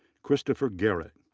christopher garrett,